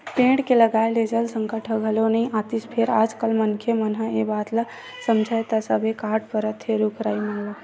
पेड़ के लगाए ले जल संकट ह घलो नइ आतिस फेर आज कल मनखे मन ह ए बात ल समझय त सब कांटे परत हे रुख राई मन ल